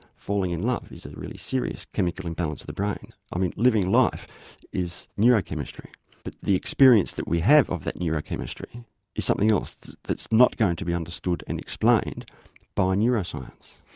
falling in love is a really serious chemical imbalance of the brain. i mean living life is neurochemistry but the experience that we have of that neurochemistry is something else that's not going to be understood and explained by neuroscience.